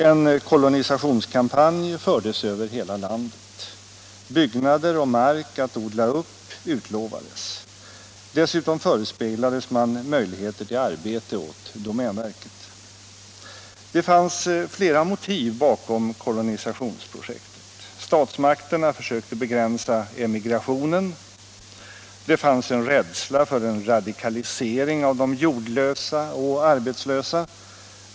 En kolonisationskampanj fördes över hela landet. Byggnader och mark att odla upp utlovades. Dessutom förespeglades man möjligheter till arbete åt domänverket. Det fanns flera motiv bakom kolonisationsprojektet. Statsmakterna försökte begränsa emigrationen. Det fanns också en rädsla för en radikalisering av de jordlösa och arbetslösa.